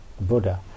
Buddha